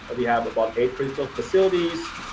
we have about eight critical facilities,